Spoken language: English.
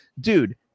dude